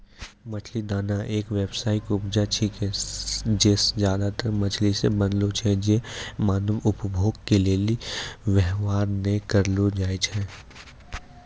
मछली दाना एक व्यावसायिक उपजा छिकै जे ज्यादातर मछली से बनलो छै जे मानव उपभोग के लेली वेवहार नै करलो जाय छै